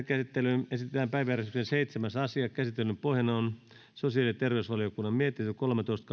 käsittelyyn esitellään päiväjärjestyksen seitsemäs asia käsittelyn pohjana on sosiaali ja terveysvaliokunnan mietintö kolmetoista